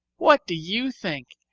what do you think?